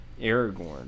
Aragorn